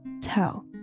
tell